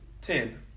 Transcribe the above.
ten